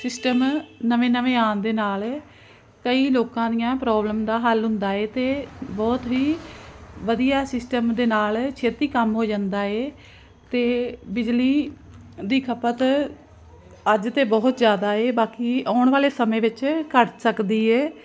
system ਨਵੇਂ ਨਵੇਂ ਆਉਣ ਦੇ ਨਾਲ ਕਈ ਲੋਕਾਂ ਦੀਆਂ ਪ੍ਰੋਬਲਮ ਦਾ ਹੱਲ ਹੁੰਦਾ ਹੈ ਅਤੇ ਬਹੁਤ ਹੀ ਵਧੀਆ ਸਿਸਟਮ ਦੇ ਨਾਲ ਛੇਤੀ ਕੰਮ ਹੋ ਜਾਂਦਾ ਹੈ ਅਤੇ ਬਿਜਲੀ ਦੀ ਖਪਤ ਅੱਜ ਤਾਂ ਬਹੁਤ ਜ਼ਿਆਦਾ ਹੈ ਬਾਕੀ ਆਉਣ ਵਾਲੇ ਸਮੇਂ ਵਿੱਚ ਘੱਟ ਸਕਦੀ ਹੈ